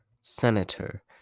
Senator